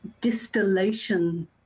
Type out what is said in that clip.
distillation